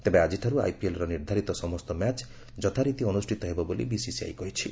ତେବେ ଆଜିଠାରୁ ଆଇପିଏଲର ନିର୍ଦ୍ଧାରିତ ସମସ୍ତ ମ୍ୟାଚ୍ ଯଥାରୀତି ଅନୁଷ୍ଠିତ ହେବ ବୋଲି ବିସିସିଆଇ କହିଛି